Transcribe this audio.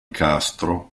castro